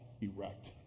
erect